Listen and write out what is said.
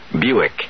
Buick